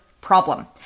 problem